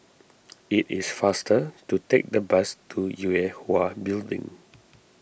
it is faster to take the bus to Yue Hwa Building